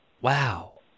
Wow